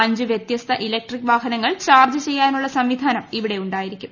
അഞ്ച് വൃത്യസ്ത ഇലക്ട്രിക് വാഹനങ്ങൾ ചാർജ്ജ് ചെയ്യാനുള്ള സംവിധാനം ഇവിടെ ഉണ്ടായിരിക്കും